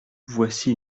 voici